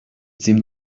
seemed